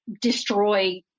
destroy